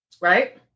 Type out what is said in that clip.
Right